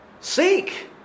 Seek